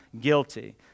guilty